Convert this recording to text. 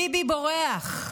ביבי בורח,